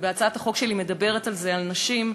והצעת החוק שלי מדברת על נשים,